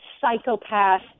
psychopath